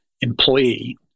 employee